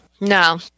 No